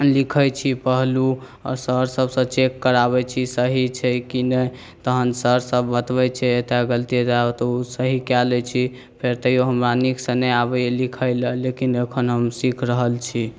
लिखै छी पहलू आओर सरसबसँ चेक कराबै छी सही छै कि नहि तऽ तहन सरसब बतबै छै तऽ गलती ओ सही कऽ लै छी फेर तैओ हमरा नीकसँ नहि आबैए लिखैलए लेकिन एखन हम सीखि रहल छी